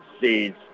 seeds